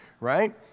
right